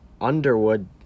Underwood